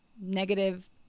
negative